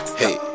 hey